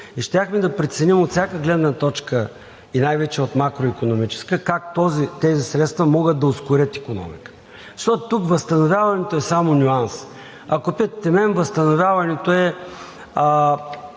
и щяхме да преценим от всяка гледна точка, и най-вече от макроикономическа, как тези средства могат да ускорят икономиката. Защото тук възстановяването е само нюанс. Ако питате мен, възстановяването е